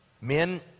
Men